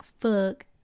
fuck